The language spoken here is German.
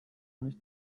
nicht